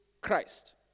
Christ